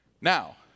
Now